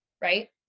Right